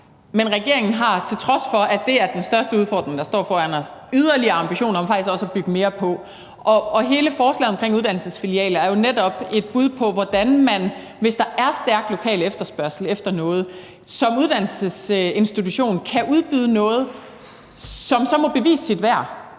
Men regeringen har, til trods for at det er den største udfordring, der står foran os, også yderligere ambitioner om faktisk at bygge mere på. Og hele forslaget omkring uddannelsesfilialer er jo netop et bud på, hvordan man som uddannelsesinstitution, hvis der er stærk lokal efterspørgsel efter noget, kan udbyde noget, som så må bevise sit værd,